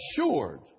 assured